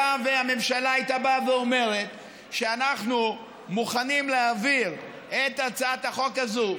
היה והממשלה הייתה באה ואומרת: אנחנו מוכנים להעביר את הצעת החוק הזו